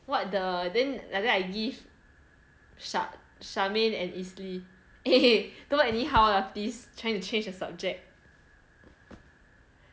what the then like then I give char~ charmaine and izlee eh don't anyhow lah please trying to change the subject